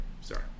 sorry